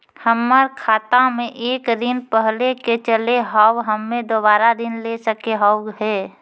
हमर खाता मे एक ऋण पहले के चले हाव हम्मे दोबारा ऋण ले सके हाव हे?